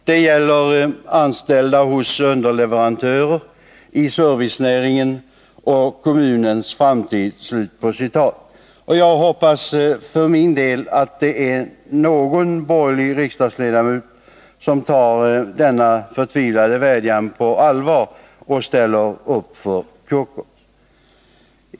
Det gäller anställda hos underleverantörer, i servicenäringen och kommunens framtid.” Jag hoppas för min del att det är någon borgerlig riksdagsledamot som tar denna förtvivlade vädjan på allvar och ställer upp för Kockums.